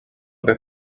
that